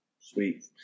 Sweet